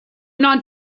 not